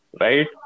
right